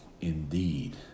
indeed